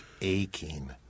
aching